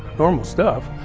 normal stuff.